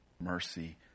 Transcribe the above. mercy